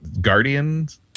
Guardians